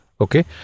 okay